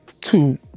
two